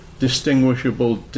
distinguishable